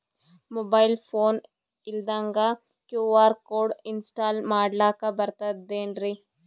Mobile phone ಇಲ್ದಂಗ QR code install ಮಾಡ್ಲಕ ಬರ್ತದೇನ್ರಿ?